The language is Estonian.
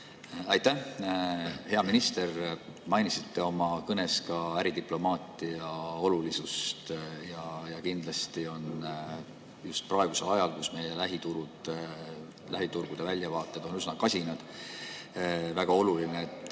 Aitäh! Hea minister! Mainisite oma kõnes ka äridiplomaatia olulisust ja kindlasti on just praegusel ajal, kui meie lähiturgude väljavaated on üsna kasinad, väga oluline